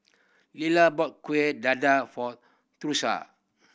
Lila bought Kueh Dadar for Tusha